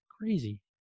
Crazy